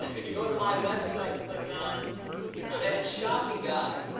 if you go to my website and click on veg shopping guide,